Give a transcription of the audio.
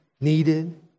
needed